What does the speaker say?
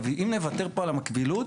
אם נוותר פה על המקבילות,